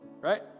right